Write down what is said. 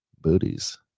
booties